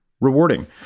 rewarding